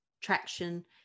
traction